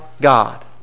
God